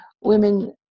women